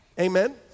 Amen